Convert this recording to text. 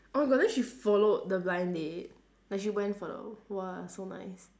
oh my god then she followed the blind date like she went for the !wah! so nice